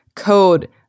code